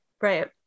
right